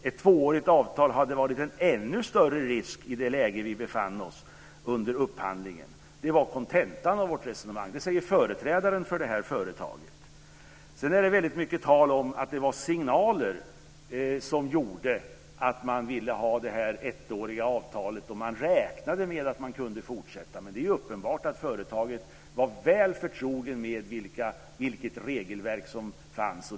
Ett tvåårigt avtal hade varit en ännu större risk i det läge vi befann oss i under upphandlingen. Det var kontentan av vårt resonemang." Det säger företrädaren för det här företaget. Det är väldigt mycket tal om att det var signaler som gjorde att man ville ha det här ettåriga avtalet. Man räknade med att man kunde fortsätta, men det är ju uppenbart att företaget var väl förtroget med vilket regelverk som fanns.